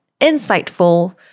insightful